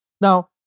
Now